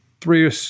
three